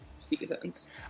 seasons